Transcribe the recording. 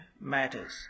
matters